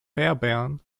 fairbairn